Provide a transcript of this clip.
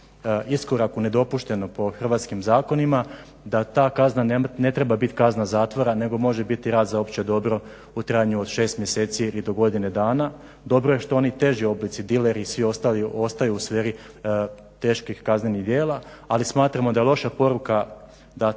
iskorak u nedopušteno po hrvatskim zakonima da ta kazna ne treba biti kazna zatvora nego može biti rad za opće dobro u trajanju od 6 mjeseci ili do godine dana. Dobro je da oni teži oblici, dileri i svi ostali ostaju u sferi teških kaznenih djela, ali smatramo da je loša poruka da